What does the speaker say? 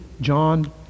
John